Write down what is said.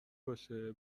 باشه